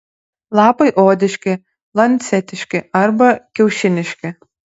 lapai odiški lancetiški arba kiaušiniški